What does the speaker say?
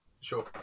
Sure